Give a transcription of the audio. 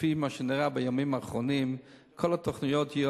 לפי מה שנראה בימים האחרונים כל התוכניות יהיו